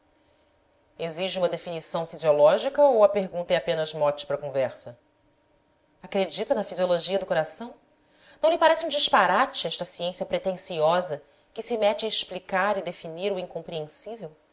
exige uma definição fisiológica ou a pergunta é apenas mote para conversa acredita na fisiologia do coração não lhe parece um disparate esta ciência pretensiosa que se mete a explicar e definir o incompreensível